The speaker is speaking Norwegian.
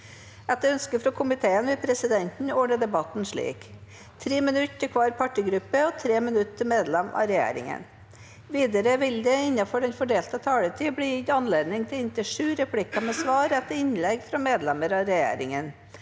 og omsorgskomiteen vil presidenten ordne debatten slik: 3 minutter til hver partigruppe og 3 minutter til medlemmer av regjeringen. Videre vil det – innenfor den fordelte taletid – bli gitt anledning til inntil sju replikker med svar etter innlegg fra medlemmer av regjeringen,